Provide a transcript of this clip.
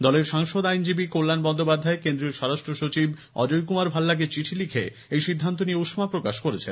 দলের সাংসদ আইনজীবী কল্যাণ বন্দ্যোপাধ্যায় কেন্দ্রীয় স্বরাষ্ট্র সচিব অজয় কুমার ভাল্লাকে চিঠি লিখে এই সিদ্ধান্ত নিয়ে উম্মা প্রকাশ করেছেন